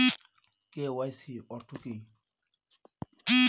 KYC অর্থ কি?